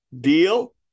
Deal